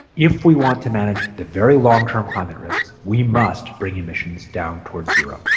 if we want to manage the very long-term climate risks, we must bring emissions down towards zero.